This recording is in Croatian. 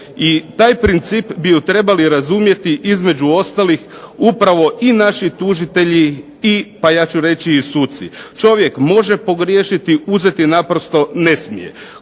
I taj princip bi trebali razumjeti između ostalih upravo i naši tužitelji i pa ja ću reći i suci. Čovjek može pogriješiti, uzeti naprosto ne smije.